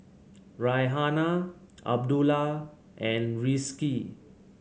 Raihana Abdullah and Rizqi